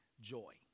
joy